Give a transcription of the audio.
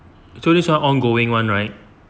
so this one ongoing [one] right